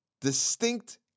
distinct